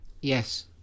Yes